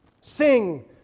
sing